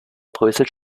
bröselt